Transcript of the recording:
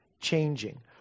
changing